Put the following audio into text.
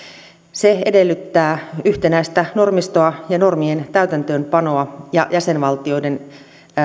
se edellyttää yhtenäistä normistoa ja normien täytäntöönpanoa ja jäsenvaltioiden